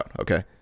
Okay